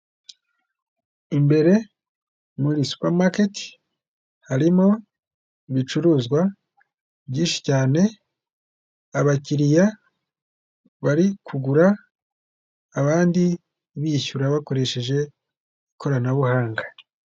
Imbere muri supamaketi harimo ibicuruzwa byinshi cyane, abakiriya bari kugura, abandi bishyura bakoresheje ikoranabuhanga.